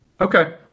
Okay